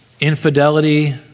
Infidelity